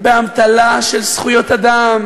באמתלה של זכויות אדם